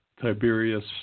Tiberius